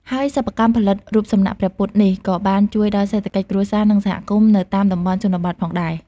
ហើយសិប្បកម្មផលិតរូបសំណាកព្រះពុទ្ធនេះ ក៏បានជួយដល់សេដ្ឋកិច្ចគ្រួសារ និងសហគមន៍នៅតាមតំបន់ជនបទផងដែរ។